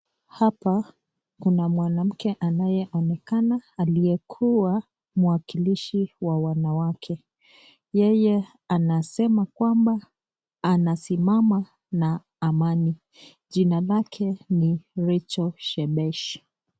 Hapa kuna mwanamke aliyeonekana aliyekuwa mwakilishi wa wanawake. Yeye anasema kwamba anasimama na amani. Jina lake ni Rachael Shebesh.